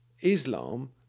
Islam